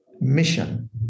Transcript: mission